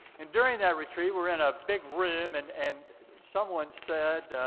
and during that retreat, we're in a big room and and someone said,